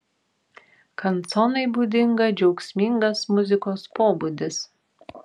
kanconai būdinga džiaugsmingas muzikos pobūdis